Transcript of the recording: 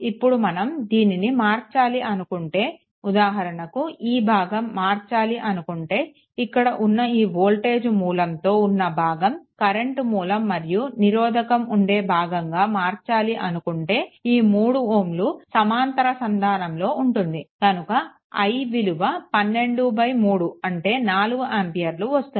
ఇప్పుడు మనం దీనిని మార్చాలి అనుకుంటే ఉదాహరణకు ఈ భాగం మార్చాలి అనుకుంటే ఇక్కడ ఉన్న ఈ వోల్టేజ్ మూలంతో ఉన్న భాగం కరెంట్ మూలం మరియు నిరోధకం ఉండే భాగంగా మార్చాలి అనుంకుంటే ఈ 3 Ω సమాంతర సంధానంలో ఉంటుంది కనుక i విలువ 123 అంటే 4 ఆంపియర్లు వస్తుంది